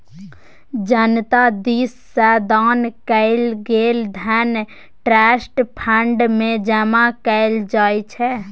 जनता दिस सँ दान कएल गेल धन ट्रस्ट फंड मे जमा कएल जाइ छै